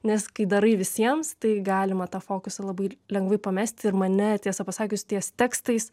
nes kai darai visiems tai galima tą fokusą labai lengvai pamesti ir mane tiesą pasakius ties tekstais